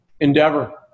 endeavor